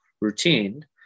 routine